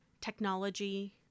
technology